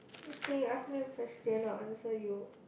okay you ask me one question I will answer you